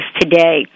today